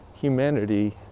humanity